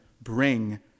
bring